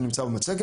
זה נמצא במצגת.